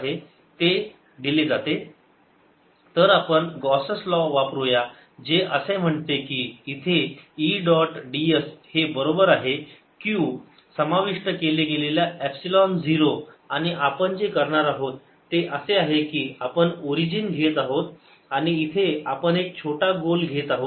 ErCe λrr3r।Er। Ce λrr2 तर आपण gauss law वापरूया जे असे म्हणते की इथे E डॉट ds हे बरोबर आहे Q समाविष्ट केले गेलेल्या एपसिलोन 0 आणि आपण जे करणार आहोत ते असे आहे की आपण ओरिजिन घेत आहोत आणि इथे आपण एक छोटा गोल घेत आहोत